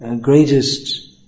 greatest